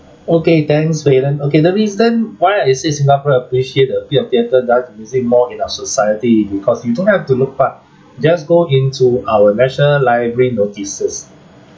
okay thanks valen okay the reason why I say singaporean appreciate the appeal of theatre dance music more in our society is because you don't have to look up just go into our national library notices